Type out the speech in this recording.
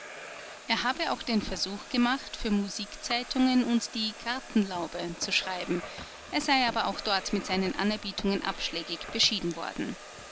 er habe auch den versuch gemacht für musikzeitungen und die gartenlaube zu schreiben er sei aber auch dort mit seinen anerbietungen abschlägig beschieden worden